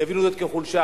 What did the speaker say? יבינו זאת כחולשה.